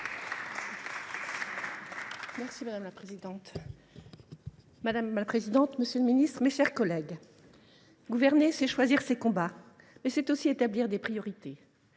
Mme Béatrice Gosselin. Madame la présidente, monsieur le ministre, mes chers collègues, gouverner c’est choisir ses combats, mais c’est aussi établir des priorités.